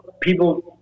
people